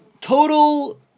total